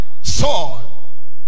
Saul